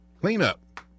Cleanup